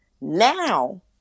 Now